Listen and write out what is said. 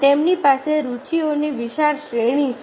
તેમની પાસે રુચિઓની વિશાળ શ્રેણી છે